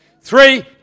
Three